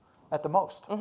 at the most.